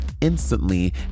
instantly